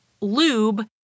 lube